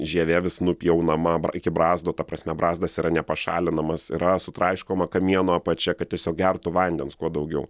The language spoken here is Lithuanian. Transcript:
žievė vis nupjaunama bra iki brazdo ta prasme brazdas yra nepašalinamas yra sutraiškoma kamieno apačia kad tiesiog gertų vandens kuo daugiau